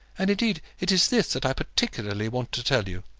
and indeed it is this that i particularly want to tell you.